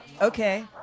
okay